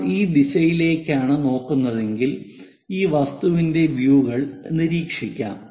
നമ്മൾ ഈ ദിശയിലേക്കാണ് നോക്കുന്നതെങ്കിൽ ഈ വസ്തുവിന്റെ വ്യൂകൾ നിരീക്ഷിക്കാം